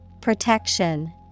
protection